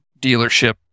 dealership